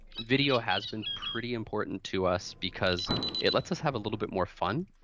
video has been pretty important to us because it lets us have a little bit more fun.